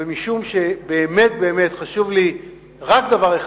ומשום שבאמת באמת חשוב לי רק דבר אחד,